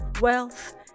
wealth